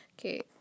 Okay